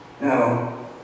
No